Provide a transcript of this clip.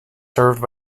served